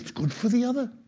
good for the other.